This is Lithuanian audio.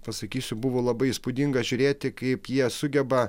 pasakysiu buvo labai įspūdinga žiūrėti kaip jie sugeba